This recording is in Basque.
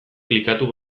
klikatu